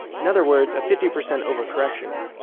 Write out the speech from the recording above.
in other words, a fifty percent overcorrection.